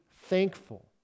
thankful